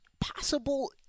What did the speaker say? possible